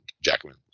Jackman